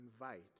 invite